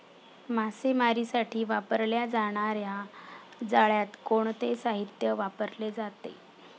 मासेमारीसाठी वापरल्या जाणार्या जाळ्यात कोणते साहित्य वापरले जाते?